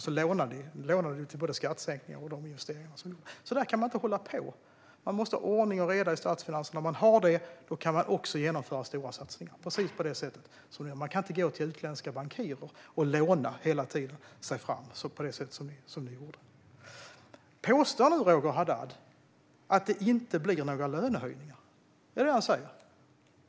Ni lånade till både skattesänkningar och investeringar. Så kan man inte hålla på. Man måste ha ordning och reda i statsfinanserna. När man har det kan man genomföra stora satsningar, precis som vi gör. Man kan inte hela tiden gå till utländska bankirer och låna så som ni gjorde. Påstår Roger Haddad att det inte blir några lönehöjningar?